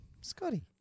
Scotty